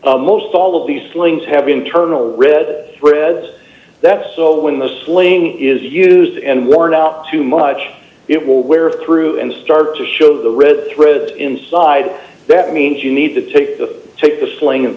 polyester most all of these slings have internal red thread so d when the slaying is used and worn out too much it will wear through and start to show the red thread d inside that means you need to take the take the sling and